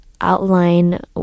outline